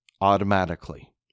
automatically